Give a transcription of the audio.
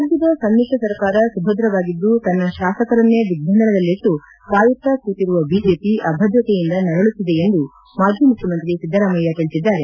ರಾಜ್ಯದ ಸಮಿಶ್ರ ಸರ್ಕಾರ ಸುಭದ್ರವಾಗಿದ್ದು ತನ್ನ ಶಾಸಕರನ್ನೇ ದಿಗ್ದಂಧನದಲ್ಲಿಟ್ಟು ಕಾಯುತ್ತಾ ಕೂತಿರುವ ಬಿಜೆಪಿ ಅಭದ್ರತೆಯಿಂದ ನರಳುತ್ತಿದೆ ಎಂದು ಮಾಜಿ ಮುಖ್ಯಮಂತ್ರಿ ಸಿದ್ದರಾಮಯ್ಯ ತಿಳಿಸಿದ್ದಾರೆ